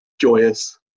joyous